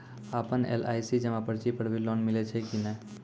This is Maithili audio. आपन एल.आई.सी जमा पर्ची पर भी लोन मिलै छै कि नै?